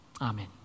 Amen